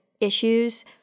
issues